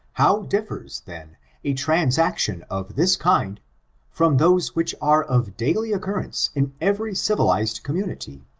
how differs then a transaction of this kind from those which are of daily occurrence in every civilized community,